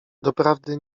doprawdy